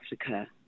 Africa